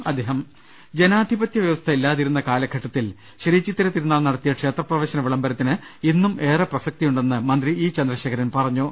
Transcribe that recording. ലലലലലലലലലലലലലല ജനാധിപത്യ വ്യവസ്ഥ ഇല്ലാതിരുന്ന കാലഘട്ടത്തിൽ ശ്രീ ചിത്തിര തിരുനാൾ നടത്തിയ ക്ഷേത്രപ്രവേശന വിളം ബരത്തിന് ഇന്നും ഏറെ പ്രസക്തിയുണ്ടെന്ന് മന്ത്രി ഇ ചന്ദ്ര ശേഖരൻ പറഞ്ഞു